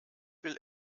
will